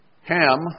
Ham